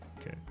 Okay